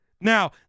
Now